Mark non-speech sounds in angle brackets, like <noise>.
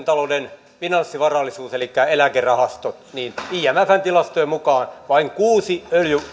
<unintelligible> talouden finanssivarallisuus elikkä eläkerahastot niin imfn tilastojen mukaan vain kuusi